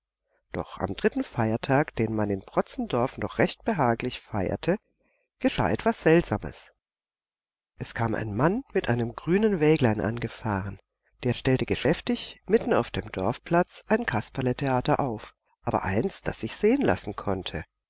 doch am dritten feiertag den man in protzendorf noch recht behaglich feierte geschah etwas seltsames es kam ein mann mit einem grünen wäglein angefahren der stellte geschäftig mitten auf dem dorfplatz ein kasperletheater auf aber eins das sich sehen lassen konnte